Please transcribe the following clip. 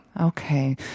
Okay